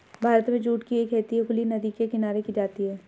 भारत में जूट की खेती हुगली नदी के किनारे की जाती है